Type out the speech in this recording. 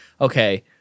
okay